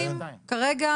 כרגע